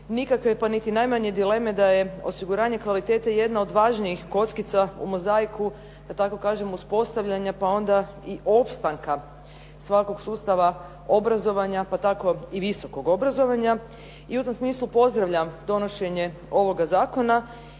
nikakve pa niti najmanje dileme da je osiguranje kvalitete jedna od važnijih kockica u mozaiku da tako kažem uspostavljanja, pa onda i opstanka svakog sustava obrazovanja, pa tako i visokog obrazovanja. I u tom smislu pozdravljam donošenje ovoga zakona